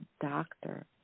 doctor